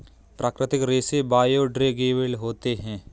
प्राकृतिक रेसे बायोडेग्रेडेबल होते है